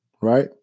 Right